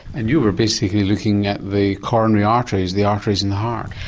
and you were basically looking at the coronary arteries, the arteries in the heart?